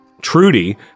Trudy